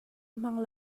hmang